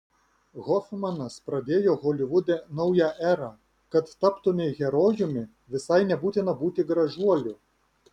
hofmanas pradėjo holivude naują erą kad taptumei herojumi visai nebūtina būti gražuoliu